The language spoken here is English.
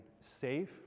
safe